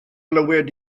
glywed